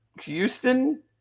Houston